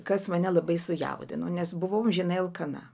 kas mane labai sujaudino nes buvau amžinai alkana